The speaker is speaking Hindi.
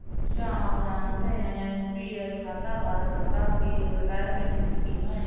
क्या आप जानते है एन.पी.एस खाता भारत सरकार की एक रिटायरमेंट स्कीम है?